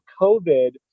COVID